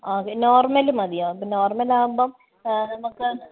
normal മതിയോ അപ്പം normal ആകുമ്പം നമുക്ക്